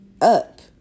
up